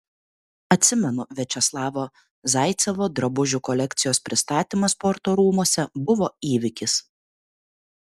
atsimenu viačeslavo zaicevo drabužių kolekcijos pristatymas sporto rūmuose buvo įvykis